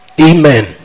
Amen